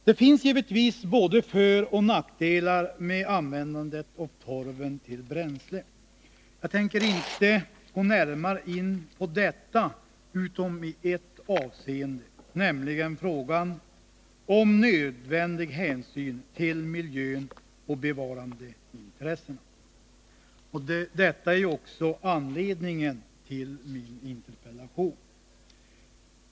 Det finns givetvis både föroch nackdelar med användandet av torven till bränsle. Jag tänker inte gå närmare in på detta utom i ett avseende, nämligen frågan om nödvändig hänsyn till miljön och bevarandeintressena. Detta är ju också anledningen till min interpellation.